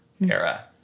era